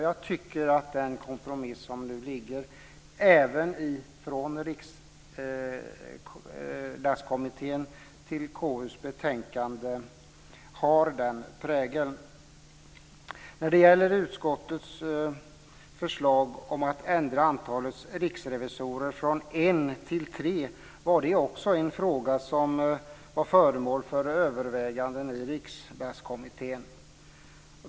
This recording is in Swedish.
Jag tycker att den kompromiss som nu finns i KU:s betänkande - det gäller även förslaget från Riksdagskommittén - har den prägeln. Utskottets förelår en ändring av antalet riksrevisorer från en till tre. Den frågan var föremål för överväganden också i Riksdagskommittén.